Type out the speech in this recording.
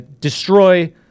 destroy